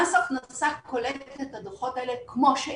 מס הכנסה קולט את הדוחות האלה כמו שהם,